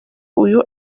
uyu